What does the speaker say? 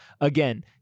Again